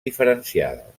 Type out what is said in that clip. diferenciades